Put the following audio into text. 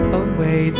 away